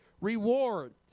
reward